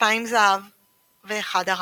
2 זהב ו-1 ארד.